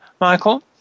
Michael